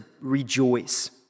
rejoice